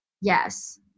Yes